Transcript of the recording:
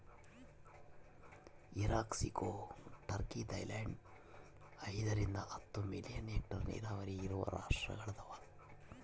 Iran ಕ್ಸಿಕೊ Turkey Thailand ಐದರಿಂದ ಹತ್ತು ಮಿಲಿಯನ್ ಹೆಕ್ಟೇರ್ ನೀರಾವರಿ ಇರುವ ರಾಷ್ಟ್ರಗಳದವ